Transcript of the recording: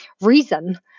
reason